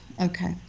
Okay